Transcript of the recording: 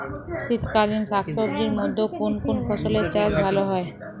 শীতকালীন শাকসবজির মধ্যে কোন কোন ফসলের চাষ ভালো হয়?